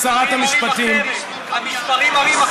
מה לעשות, המספרים מראים אחרת.